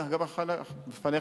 וגם בפניך,